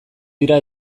dira